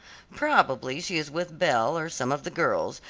probably she is with belle or some of the girls,